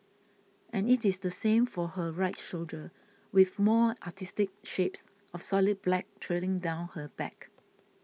and it is the same for her right shoulder with more artistic shapes of solid black trailing down her back